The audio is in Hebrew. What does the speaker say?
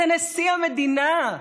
זה נשיא המדינה.